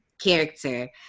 character